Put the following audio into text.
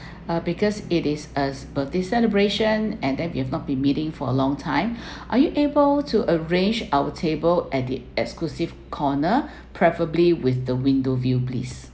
uh because it is a birthday celebration and then we have not be meeting for a long time are you able to arrange our table at the exclusive corner preferably with the window view please